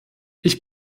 ich